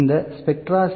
இந்த spectra C